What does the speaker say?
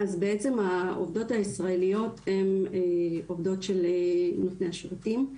אז בעצם העובדות הישראליות הן עובדות של נותני השירותים,